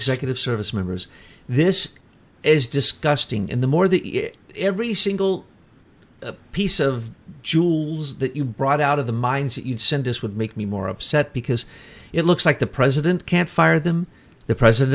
executive service members this is disgusting and the more the every single piece of jewels that you brought out of the mines that you'd send us would make me more upset because it looks like the president can't fire them the pr